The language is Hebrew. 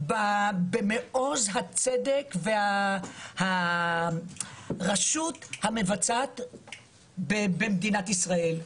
במעוז הצדק והרשות המבצעת במדינת ישראל.